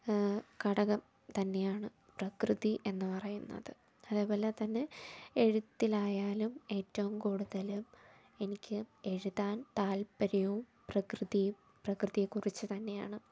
ഘടകം തന്നെയാണ് പ്രകൃതി എന്ന് പറയുന്നത് അതുപോലെ തന്നെ എഴുത്തിലായാലും ഏറ്റവും കൂടുതൽ എനിക്ക് എഴുതാൻ താല്പര്യവും പ്രകൃതി പ്രകൃതിയെക്കുറിച്ച് തന്നെയാണ്